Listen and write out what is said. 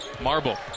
Marble